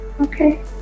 Okay